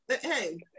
Hey